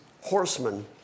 horsemen